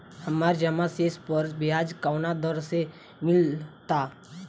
हमार जमा शेष पर ब्याज कवना दर से मिल ता?